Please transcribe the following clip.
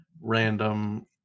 random